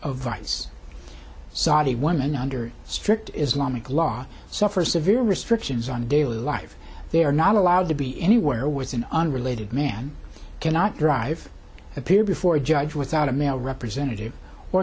violence saudi women under strict islamic law suffer severe restrictions on daily life they are not allowed to be anywhere with an unrelated man cannot drive appear before a judge without a male representative or